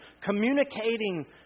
communicating